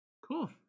Cool